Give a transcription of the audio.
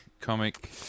comic